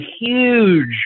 huge